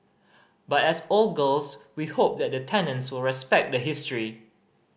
but as old girls we hope that the tenants will respect the history